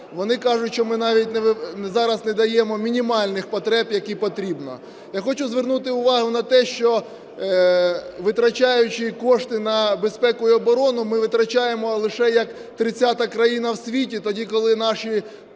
вони кажуть, що ми навіть зараз не даємо мінімальних потреб, які потрібно. Я хочу звернути увагу на те, що, витрачаючи кошти на безпеку і оборону, ми витрачаємо лише як 30-а країна в світі, тоді коли наші